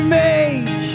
make